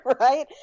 right